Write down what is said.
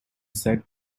said